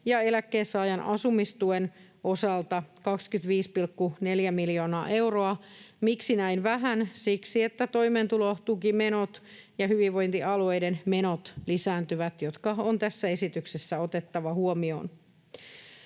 ja eläkkeensaajan asumistuen osalta 25,4 miljoonaa euroa. Miksi näin vähän? Siksi, että toimeentulotukimenot ja hyvinvointialueiden menot lisääntyvät, jotka on tässä esityksessä otettava huomioon.